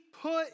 put